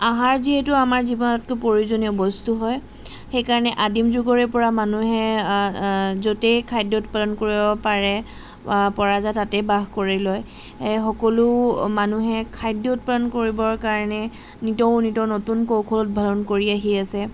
আহাৰ যিহেতু আমাৰ জীৱনতকৈ প্ৰয়োজনীয় বস্তু হয় সেইকাৰণে আদিম যুগৰে পৰা মানুহে য'তেই খাদ্য উৎপাদন কৰিব পাৰে পৰা যায় তাতে বাস কৰি লয় এই সকলো মানুহে খাদ্য উৎপাদন কৰিবৰ কাৰণে নিতৌ নিতৌ নতুন কৌশল উদ্ভাৱন কৰি আহি আছে